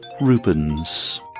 Rubens